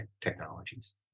technologies